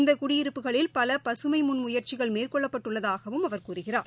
இந்த குடியிருப்புகளில் பல பசுமை முன் முயற்சிகள் மேற்கொள்ளப் பட்டுள்ளதாகவும் அவா கூறுகிறார்